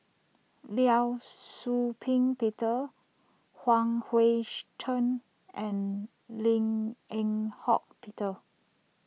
Liao Shau Ping Peter Huang Hui she Tsuan and Lim Eng Hock Peter